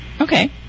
Okay